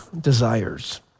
desires